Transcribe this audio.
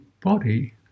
body